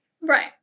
Right